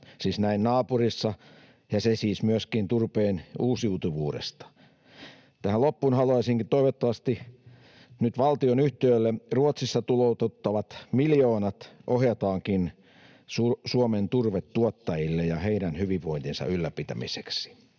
Siis näin naapurissa — ja se siis myöskin turpeen uusiutuvuudesta. Tähän loppuun haluaisinkin sanoa: toivottavasti nyt valtionyhtiölle Ruotsissa tuloutettavat miljoonat ohjataankin Suomen turvetuottajille ja heidän hyvinvointinsa ylläpitämiseksi.